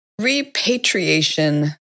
Repatriation